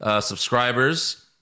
subscribers